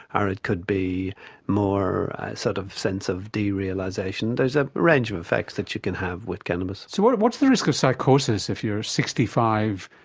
or it could be more a sort of sense of derealisation. there's a range of effects that you can have with cannabis. so what's the risk of psychosis if you're sixty five,